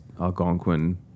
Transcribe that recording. Algonquin